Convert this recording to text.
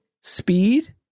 speed